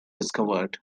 discovered